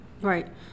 Right